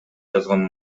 жазган